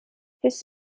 his